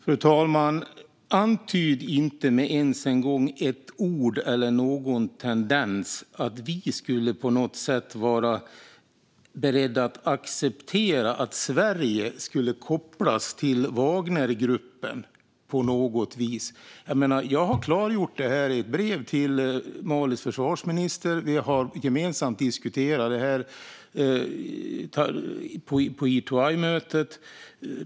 Fru talman! Antyd inte med ett ord eller en tendens att vi skulle vara beredda att acceptera att Sverige skulle kopplas till Wagnergruppen. Jag har klargjort detta i ett brev till Malis försvarsminister, och vi har gemensamt diskuterat detta på EI2-mötet.